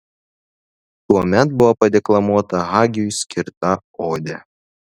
tuomet buvo padeklamuota hagiui skirta odė